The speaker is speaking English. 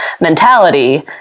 mentality